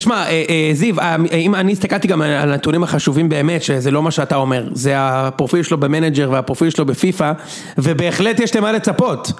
תשמע, זיו, אם... אני הסתכלתי גם על הנתונים החשובים באמת, שזה לא מה שאתה אומר, זה הפרופיל שלו במנג'ר והפרופיל שלו בפיפא, ובהחלט יש למה לצפות.